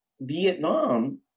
vietnam